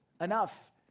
Enough